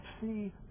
see